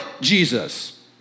Jesus